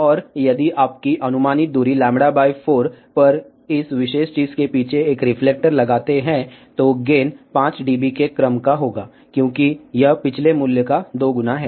और यदि आपकी अनुमानित दूरी λ 4 पर इस विशेष चीज़ के पीछे एक रिफ्लेक्टर लगाते हैं तो गेन 5 dB के क्रम का होगा क्योंकि यह पिछले मूल्य का दोगुना है